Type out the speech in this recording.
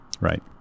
Right